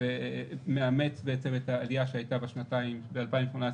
ומאמץ את העלייה שהייתה ב-2019-2018.